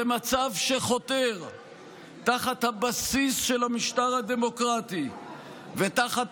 זה מצב שחותר תחת הבסיס של המשטר הדמוקרטי ותחת